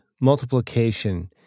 multiplication